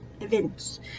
events